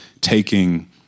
taking